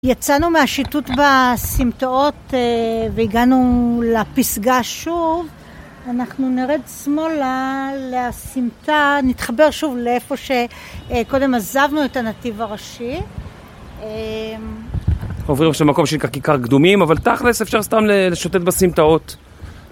יצאנו מהשיטוט בסמטאות והגענו לפסגה שוב אנחנו נרד שמאלה לסמטה, נתחבר שוב לאיפה שקודם עזבנו את הנתיב הראשי אמ... עוברים עכשיו מקום שנקרא "כיכר קדומים", אבל תכלס אפשר סתם לשוטט בסמטאות.